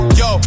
yo